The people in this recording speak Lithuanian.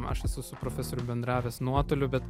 aš esu su profesoriu bendravęs nuotoliu bet